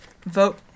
vote